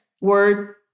word